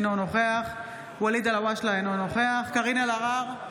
אינו נוכח ואליד אלהואשלה, אינו נוכח קארין אלהרר,